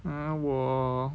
!huh! 我